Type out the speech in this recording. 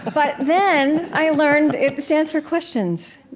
but then, i learned it stands for questions,